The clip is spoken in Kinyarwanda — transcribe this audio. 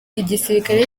igisirikare